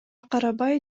карабай